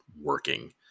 working